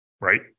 right